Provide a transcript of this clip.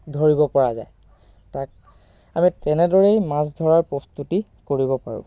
ধৰিব পৰা যায় তাক আমি তেনেদৰেই মাছ ধৰাৰ প্ৰস্তুতি কৰিব পাৰোঁ